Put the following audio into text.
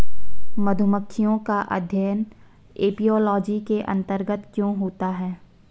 मधुमक्खियों का अध्ययन एपियोलॉजी के अंतर्गत क्यों होता है?